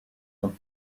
and